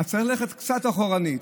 צריך ללכת קצת אחורנית,